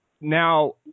now